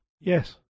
Yes